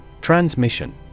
Transmission